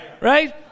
right